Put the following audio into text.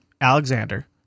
Alexander